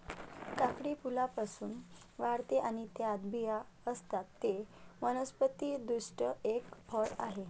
काकडी फुलांपासून वाढते आणि त्यात बिया असतात, ते वनस्पति दृष्ट्या एक फळ आहे